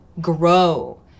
grow